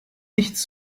nichts